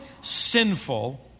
sinful